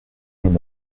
mon